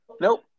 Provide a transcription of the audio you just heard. nope